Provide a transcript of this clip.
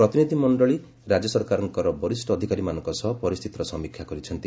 ପ୍ରତିନିଧିମଞ୍ଚଳୀ ରାଜ୍ୟ ସରକାରଙ୍କର ବରିଷ୍ଠ ଅଧିକାରୀମାନଙ୍କ ସହ ପରିସ୍ତିତିର ସମୀକ୍ଷା କରିଛନ୍ତି